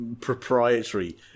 proprietary